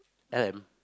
L M